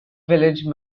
village